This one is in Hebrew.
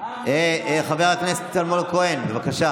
חברת הכנסת מרב מיכאלי,